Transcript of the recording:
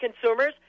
consumers